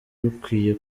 rukwiye